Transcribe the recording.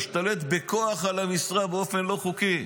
להשתלט בכוח על המשרה באופן לא חוקי.